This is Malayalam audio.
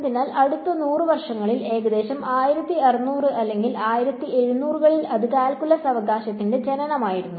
അതിനാൽ അടുത്ത 100 വർഷങ്ങളിൽ ഏകദേശം 1600 അല്ലെങ്കിൽ 1700 കളിൽ അത് കാൽക്കുലസ് അവകാശത്തിന്റെ ജനനമായിരുന്നു